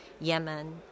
Yemen